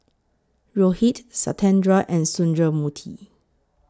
Rohit Satyendra and Sundramoorthy